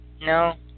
No